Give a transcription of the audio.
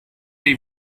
dei